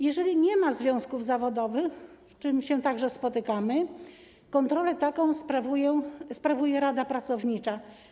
Jeżeli nie ma związków zawodowych, z czym się także spotykamy, kontrolę taką sprawuje rada pracownicza.